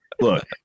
look